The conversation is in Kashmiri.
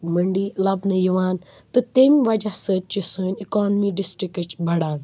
منڑی لَبنہٕ یِوان تہٕ تمہِ وجہ سۭتۍ چھِ سٲنۍ اِکانمی ڈِسٹرکٕچ بڑان